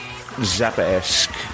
Zappa-esque